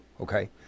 okay